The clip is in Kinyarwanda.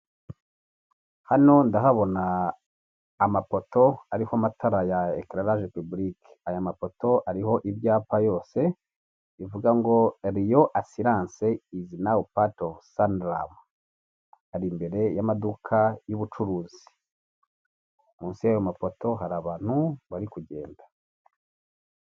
Hano ndahabona amapoto ariho amatara ya etaravaje pibilike. Aya mafoto ariho ibyapa yose bivuga ngo riyo asiranse izi nawu pati ovu saniramu. Ari imbere y'amaduka y'ubucuruzi munsi y'ayo mapoto hari abantu bari kugenda.